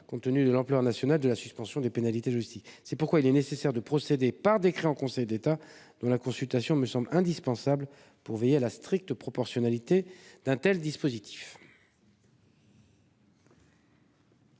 compte tenu de l'ampleur nationale de la suspension des pénalités logistiques. C'est pourquoi il est nécessaire de procéder par décret en Conseil d'État, dont la consultation me semble indispensable pour veiller à la stricte proportionnalité d'un tel dispositif.